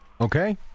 Okay